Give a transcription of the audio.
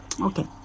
Okay